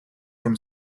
from